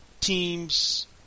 Teams